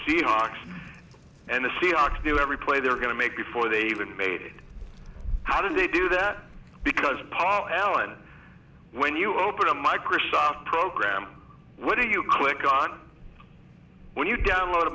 seahawks and the seahawks do every play they're going to make before they even made how do they do that because paul allen when you open a microsoft program what do you click on when you download a